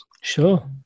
Sure